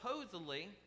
supposedly